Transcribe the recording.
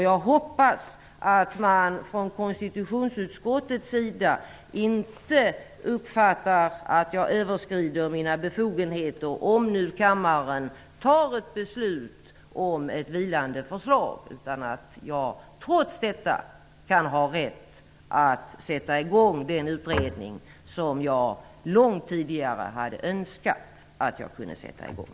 Jag hoppas att man från konstitutionsutskottets sida inte uppfattar att jag överskrider mina befogenheter om nu kammaren beslutar om ett vilande förslag, utan att jag trots detta har rätt att sätta i gång den utredning som jag långt tidigare hade önskat att jag kunde sätta i gång.